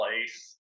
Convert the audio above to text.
place